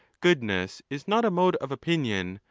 goodness is not a mode of opinion,